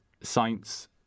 science